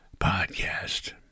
podcast